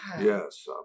yes